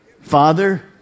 Father